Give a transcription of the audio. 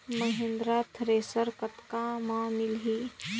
Mahindra thresher कतका म मिलही?